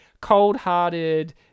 cold-hearted